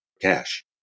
cash